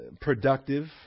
productive